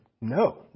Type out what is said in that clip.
no